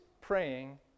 praying